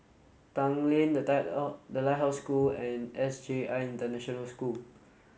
Tanglin The Lighthouse The Lighthouse School and S J I International School